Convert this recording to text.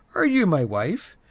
are you my wife,